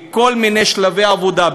בכל מיני שלבי עבודה,